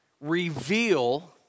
reveal